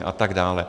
A tak dále.